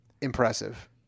impressive